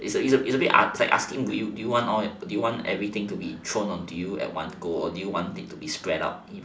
it's a little bit ask~ asking do you want do you want everything to be thrown at you at one go or do you want everything to be spread out